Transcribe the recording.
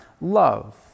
love